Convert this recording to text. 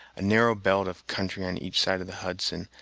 a narrow belt of country on each side of the hudson,